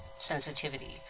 sensitivity